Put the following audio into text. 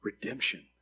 redemption